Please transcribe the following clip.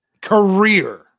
Career